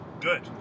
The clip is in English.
good